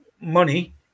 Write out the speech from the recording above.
money